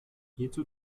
hierzu